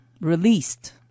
released